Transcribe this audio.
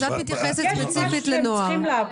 אז את מתייחסת ספציפית לנוער.